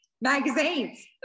magazines